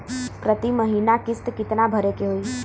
प्रति महीना किस्त कितना भरे के होई?